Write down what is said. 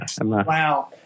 Wow